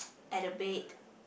at the bed